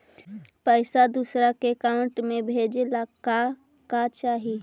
पैसा दूसरा के अकाउंट में भेजे ला का का चाही?